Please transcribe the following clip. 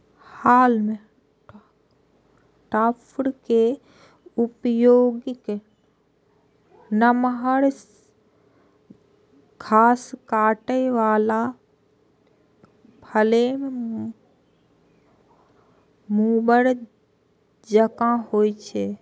हाल्म topper के उपयोग नमहर घास काटै बला फ्लेम मूवर जकां होइ छै